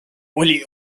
oli